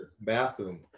bathroom